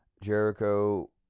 Jericho